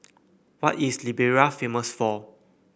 what is Liberia famous for